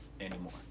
anymore